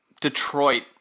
Detroit